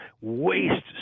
waste